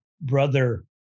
brother